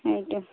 সেয়েতো